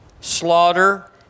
slaughter